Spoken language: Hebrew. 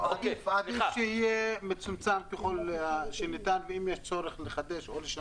עדיף שיהיה מצומצם ככל הניתן, ואם יש צורך לחדש.